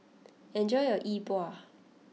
enjoy your Yi Bua